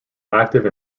active